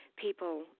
people